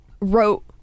wrote